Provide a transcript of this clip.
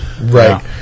Right